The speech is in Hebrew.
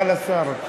אבל, השר.